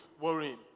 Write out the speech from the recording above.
worrying